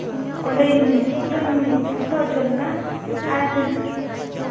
ᱚᱸᱰᱮ ᱯᱷᱳᱴᱳᱧ ᱯᱷᱳᱴᱳ ᱦᱚᱪᱚ ᱞᱮᱱᱟ ᱟᱨ